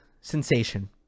sensation